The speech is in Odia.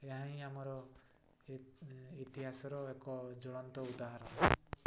ଏହା ହିଁ ଆମର ଇତିହାସର ଏକ ଜ୍ୱଳନ୍ତ ଉଦାହରଣ